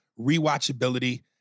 rewatchability